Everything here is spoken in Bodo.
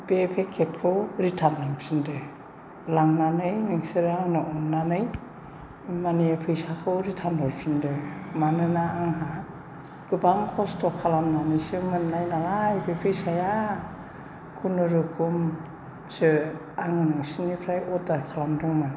बे पेकेटखौ रिटार्न लांफिनदो लांनानै नोंसोरो आंनो अननानै माने फैसाखौ रिटार्न हरफिन्दो मानोना आंहा गोबां कस्त' खालामनानैसो मोननाय नालाय बे फैसाया कुनुरखमसो आङो नोंसोरनिफ्राय अर्डार खालामदोंमोन